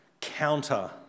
counter